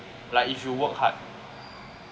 like if you work hard